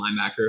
linebacker